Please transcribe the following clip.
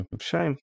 Shame